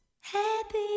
Happy